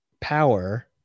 Power